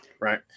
right